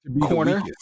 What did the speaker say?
corner